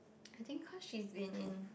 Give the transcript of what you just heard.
I think cause she's been in